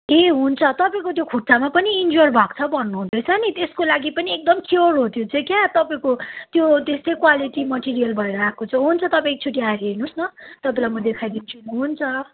ए हुन्छ तपाईँको त्यो खुट्टामा पनि इन्जुर भएको छ भन्नुहुँदैछ नि त्यसको लागि पनि एकदम स्योर हो त्यो चाहिँ क्या तपाईँको त्यो त्यस्तो क्वालिटी मटेरियल भएर आएको छ हुन्छ तपाईँ एकचोटि आएर हेर्नुहोस् न तपाईँलाई म देखाइदिन्छु नि हुन्छ